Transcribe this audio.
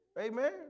Amen